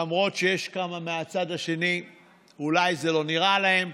למרות שיש כמה מהצד השני שאולי זה לא נראה להם,